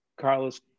Carlos